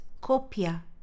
copia